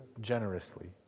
generously